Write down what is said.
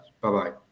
Bye-bye